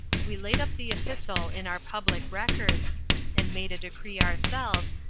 we laid up the epistle in our public records and made a decree ourselves,